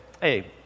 hey